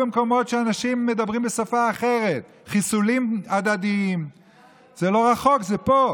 כבוד היושב-ראש, כנסת נכבדה,